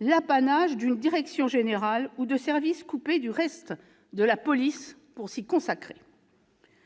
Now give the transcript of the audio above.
l'apanage d'une direction générale ou de services coupés du reste de la police pour s'y consacrer.